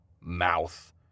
mouth